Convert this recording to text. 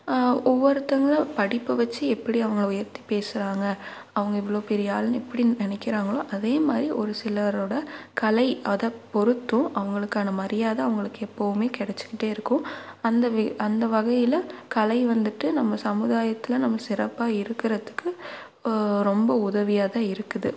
ஒவ்வொருத்தவங்கள படிப்பு வச்சு எப்படி அவுங்களை உயர்த்தி பேசுகிறாங்க அவங்க இவ்வளோ பெரிய ஆளுனு எப்படின்னு நினைக்கிறாங்களோ அதே மாதிரி ஒரு சிலரோடய கலை அதை பொறுத்தும் அவங்களுக்கான மரியாதை அவங்களுக்கு எப்போவுமே கெடச்சுகிட்டே இருக்கும் அந்த வீ அந்த வகையில் கலை வந்துட்டு நம்ம சமுதாயத்தில் நம்ம சிறப்பாக இருக்கிறத்துக்கு ஓ ரொம்ப உதவியாக தான் இருக்குது